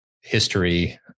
history